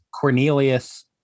Cornelius